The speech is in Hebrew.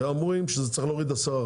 ואומרים שהמהלך צריך להוריד כ-10%,